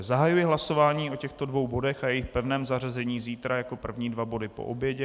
Zahajuji hlasování o těchto dvou bodech a jejich pevném zařazení zítra jako první dva body po obědě.